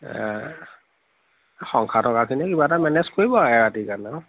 সংসাৰ থকাখিনিয়ে কিবা এটা মেনেজ কৰিব আৰু এৰাতিৰ কাৰণে